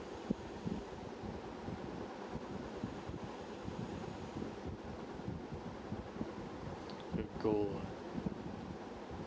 the goal uh